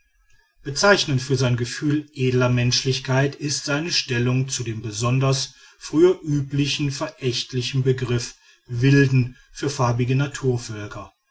bezeichnend für sein gefühl edler menschlichkeit ist seine stellung zu dem besonders früher üblichen verächtlichen begriff wilden für farbige naturvölker